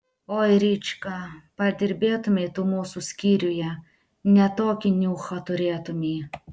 oi rička padirbėtumei tu mūsų skyriuje ne tokį niuchą turėtumei